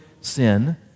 sin